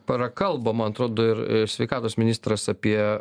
prakalbo man atrodo ir sveikatos ministras apie